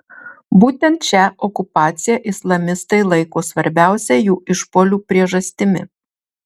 būtent šią okupaciją islamistai laiko svarbiausia jų išpuolių priežastimi